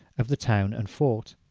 of the town and fort.